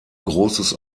großes